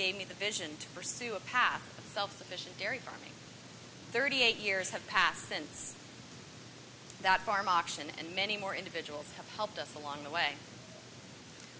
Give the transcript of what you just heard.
gave me the vision to pursue a path of self sufficient dairy farming thirty eight years have passed since that farm auction and many more individuals have helped us along the way